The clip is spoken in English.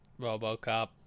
Robocop